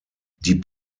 die